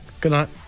Goodnight